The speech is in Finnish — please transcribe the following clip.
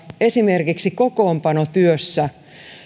esimerkiksi kokoonpanotyössä